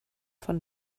von